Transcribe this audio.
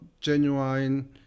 genuine